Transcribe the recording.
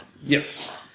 Yes